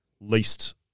least